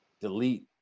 Delete